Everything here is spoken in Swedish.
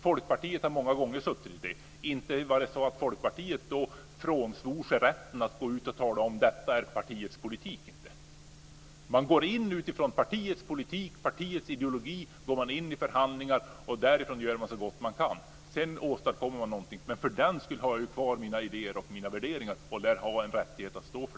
Folkpartiet har många gånger suttit i den situationen. Inte var det så att Folkpartiet då frånsvor sig rätten att gå ut och säga: Detta är partiets politik. Utifrån partiets politik, partiets ideologi går man in i förhandlingar och där gör man så gott man kan. Sedan åstadkommer man någonting. Men för den skull har jag ju kvar mina idéer och mina värdering, och dem har man en rättighet att stå för.